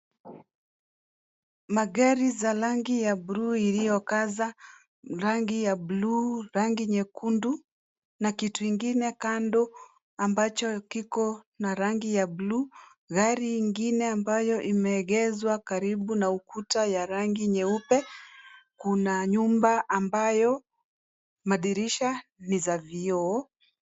Magari za rangi ya bluu iliyo kaza, rangi ya bluu rangi nyekundu na kitu ingine kando ambacho kiko na rangi ya bluu. Gari ingine ambayo imeegezwa karibu na ukuta ya rangi nyeup. Kuna nyumba ambayo madirisha ni za vioo.